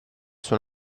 suo